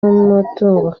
n’umutungo